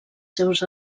seus